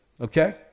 okay